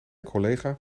collega